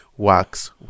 works